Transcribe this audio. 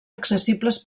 accessibles